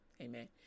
amen